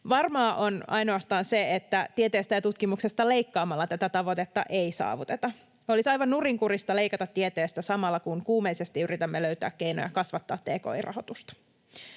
Varmaa on ainoastaan se, että tieteestä ja tutkimuksesta leikkaamalla tätä tavoitetta ei saavuteta. Olisi aivan nurinkurista leikata tieteestä samalla, kun kuumeisesti yritämme löytää keinoja kasvattaa tki-rahoitusta.